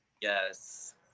Yes